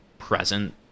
present